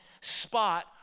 spot